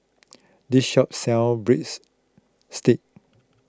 this shop sell Breadsticks